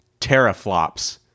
teraflops